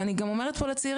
ואני גם אומרת פה לצעירים,